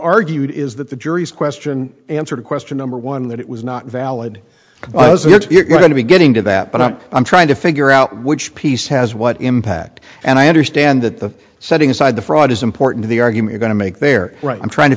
argued is that the jury's question answer to question number one that it was not valid if you're going to be getting to that but i'm trying to figure out which piece has what impact and i understand that the setting aside the fraud is important to the argument going to make there right i'm trying to